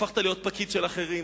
של אחרים.